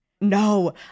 No